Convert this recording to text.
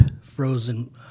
frozen